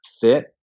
fit